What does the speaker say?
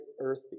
earthy